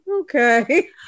okay